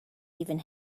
even